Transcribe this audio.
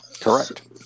correct